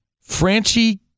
Franchi